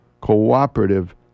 cooperative